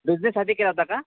बिझनेससाठी केला होता का